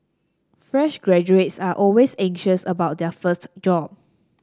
fresh graduates are always anxious about their first job